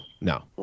no